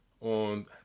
on